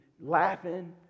laughing